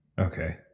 Okay